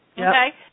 Okay